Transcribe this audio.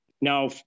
now